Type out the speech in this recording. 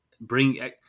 bring